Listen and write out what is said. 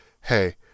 hey